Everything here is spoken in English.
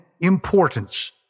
importance